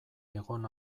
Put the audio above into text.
egon